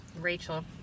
Rachel